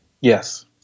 Yes